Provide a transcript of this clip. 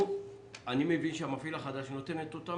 אני מבין שהמפעיל החדש נותן את מה